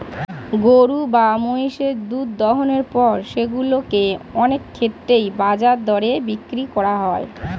গরু বা মহিষের দুধ দোহনের পর সেগুলো কে অনেক ক্ষেত্রেই বাজার দরে বিক্রি করা হয়